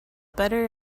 better